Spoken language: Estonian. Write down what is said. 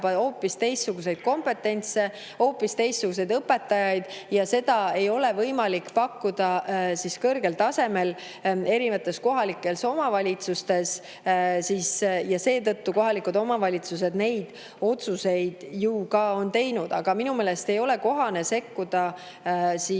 hoopis teistsuguseid kompetentse, hoopis teistsuguseid õpetajaid ja seda ei ole võimalik pakkuda kõrgel tasemel erinevates kohalikes omavalitsustes. Seetõttu on ju kohalikud omavalitsused neid otsuseid ka teinud. Aga minu meelest ei ole riigil kohane sekkuda ja